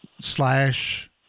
slash